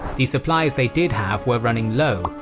the supplies they did have were running low,